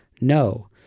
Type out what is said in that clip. No